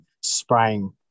spraying